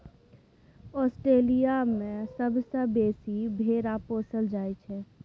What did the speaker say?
Australia मे सबसँ बेसी भेरा पोसल जाइ छै